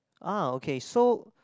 ah okay so